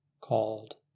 called